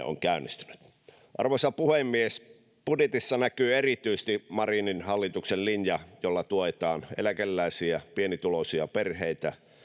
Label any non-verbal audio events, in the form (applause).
(unintelligible) on käynnistynyt arvoisa puhemies budjetissa näkyy erityisesti marinin hallituksen linja jolla tuetaan eläkeläisiä pienituloisia perheitä